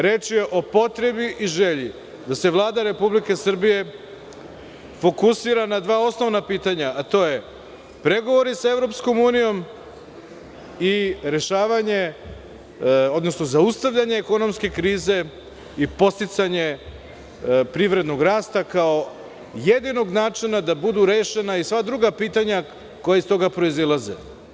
Reč je o potrebi i želji da se Vlada Republike Srbije fokusira na dva osnovna pitanja, a to je pregovori sa EU i rešavanje, odnosno zaustavljanje ekonomske krize i podsticanje privrednog rasta kao jedinog načina da budu rešena i sva druga pitanja koji iz toga proizilaze.